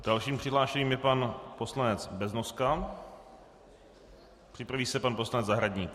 Dalším přihlášeným je pan poslanec Beznoska, připraví se pan poslanec Zahradník.